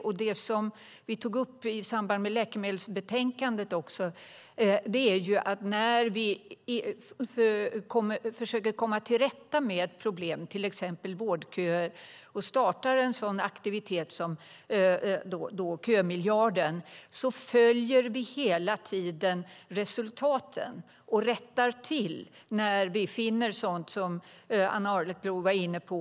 Det som vi också tog upp i samband med läkemedelsbetänkandet är att vi försöker komma till rätta med problem. Det gäller till exempel vårdköer och när vi startar en sådan aktivitet som kömiljarden. Då följer vi hela tiden resultaten och rättar till problem när vi finner sådant som Ann Arleklo var inne på.